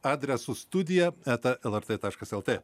adresu studija eta lrt taškas lt